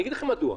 אגיד לכם מדוע,